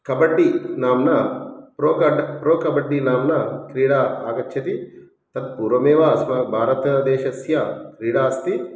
कबड्डि नाम्ना प्रो कड् प्रो कबड्डि नाम्ना क्रीडा आगच्छति तत् पूर्वमेव अस्माकं भारतदेशस्य क्रीडास्ति